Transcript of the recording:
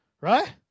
right